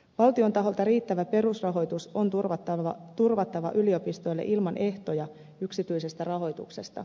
valtion taholta riittävä perusrahoitus on turvattava yliopistoille ilman ehtoja yksityisestä rahoituksesta